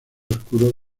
oscuro